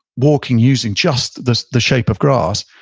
walking using just the the shape of grass,